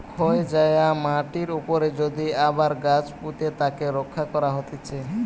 ক্ষয় যায়া মাটির উপরে যদি আবার গাছ পুঁতে তাকে রক্ষা করা হতিছে